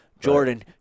Jordan